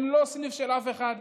הם לא סניף של אף אחד.